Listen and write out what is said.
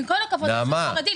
עם כל הכבוד לכך שהוא חרדי,